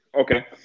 okay